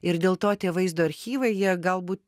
ir dėl to tie vaizdo archyvai jie galbūt